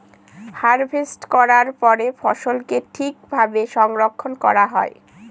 harvest করার পরে ফসলকে ঠিক ভাবে সংরক্ষন করা হয়